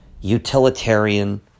utilitarian